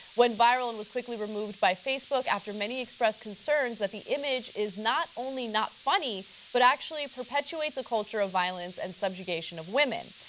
went viral and was quickly removed by facebook after many expressed concerns that the image is not only not funny but actually perpetuates a culture of violence and subjugation against women.